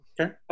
Okay